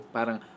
Parang